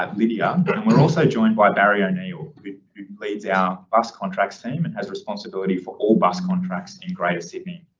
um lydia, and but we're also joined by barry o'neill who leads our us contracts team and has responsibility for all bus contracts in greater sydney.